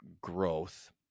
growth